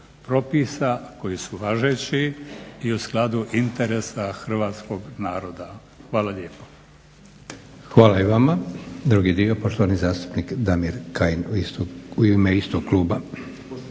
propisa koji su važeći i u skladu interesa hrvatskog naroda. Hvala lijepa. **Leko, Josip (SDP)** Hvala i vama. Drugi dio poštovani zastupnik Damir Kajin u ime istog kluba.